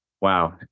wow